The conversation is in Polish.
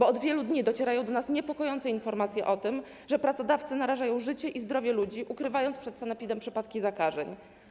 Od wielu dni bowiem docierają do nas niepokojące informacje o tym, że pracodawcy narażają życie i zdrowie ludzi, ukrywając przed sanepidem przypadki zakażeń.